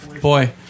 Boy